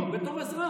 תמיד, לא, בתור אזרח.